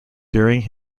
during